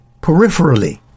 peripherally